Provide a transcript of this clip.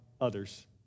others